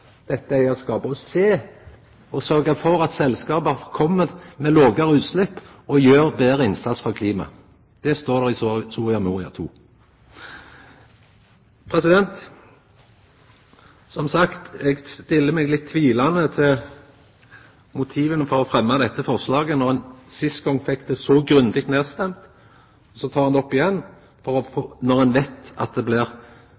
og sjå på korleis selskapa kan bidra til lågare utslepp og gjere ein betre innsats for klimaet. Det står det i Soria Moria II-erklæringa. Som sagt: Eg stiller meg litt tvilande til motiva for å fremma dette forslaget når ein den siste gongen fekk det så grundig nedstemt. Så tek ein det opp igjen, sjølv om ein veit at det blir